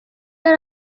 yari